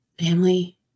family